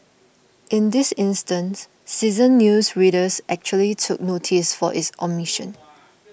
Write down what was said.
in this instance seasoned news readers actually took noticed of this omission